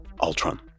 Ultron